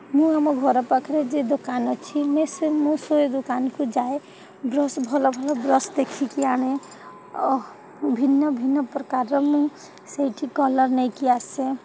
ମୁଁ ଆମ ଘର ପାଖରେ ଯେ ଦୋକାନ ଅଛି ମୁଁ ସେ ମୁଁ ସେହି ଦୋକାନକୁ ଯାଏ ବ୍ରସ୍ ଭଲ ଭଲ ବ୍ରସ୍ ଦେଖିକି ଆଣେ ଭିନ୍ନ ଭିନ୍ନ ପ୍ରକାରର ମୁଁ ସେଇଠି କଲର୍ ନେଇକି ଆସେ